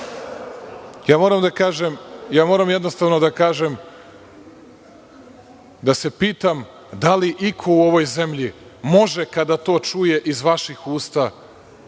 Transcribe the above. tome? Moram jednostavno da kažem da se pitam da li iko u ovoj zemlji može kada to čuje iz vaših usta,